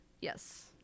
Yes